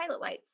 pilotlights